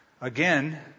again